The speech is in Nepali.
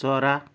चरा